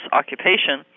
occupation